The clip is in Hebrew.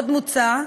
עוד מוצע,